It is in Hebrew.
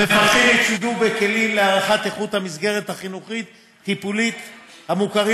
המפקחים יצוידו בכלים להערכת איכות המסגרת החינוכית-טיפולית המוכרים